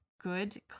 good